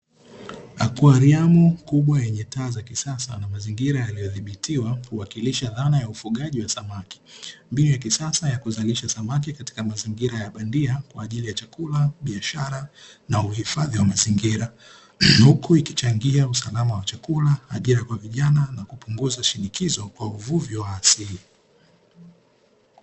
Akwariamu kubwa yenye taa za kisasa na mazingira yaliyodhibitiwa kuwakilisha dhana ya ufugaji wa samaki, mbinu ya kisasa ya kuzalisha samaki katika mazingira ya bandia, kwa ajili ya chakula biashara na uhifadhi wa mazingira. Huku ikichangia usalama wa chakula ajira kwa vijana na kupunguza shinikizo kwa uvuvi wa asili.